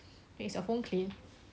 wait is your phone clean